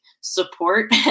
support